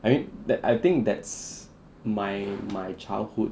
I mean that I think that's my my childhood